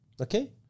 okay